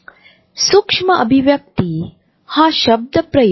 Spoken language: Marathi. जेव्हा कोणी या हेतूने किंवा चुकून या फुग्यावर अतिक्रमण करतो तेव्हा आम्हाला धोका वाटतो